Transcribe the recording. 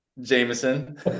Jameson